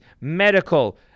medical